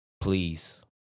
please